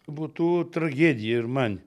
būtų tragedija ir man